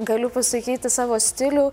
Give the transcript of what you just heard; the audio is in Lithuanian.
galiu pasakyti savo stilių